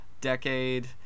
decade